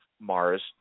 Mars